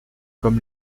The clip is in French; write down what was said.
comme